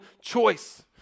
choice